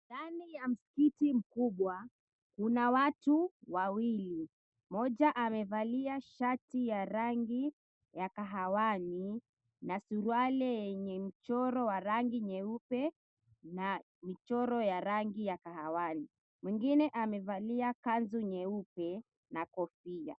Ndani ya msikiti mkubwa kuna watu wawili, mmoja amevalia shati la rangi ya kahawani na suruale yenye mchoro wa rangi nyeupe na michoro ya rangi ya kahawani. Mwengine amevalia kanzu nyeupe na kofia.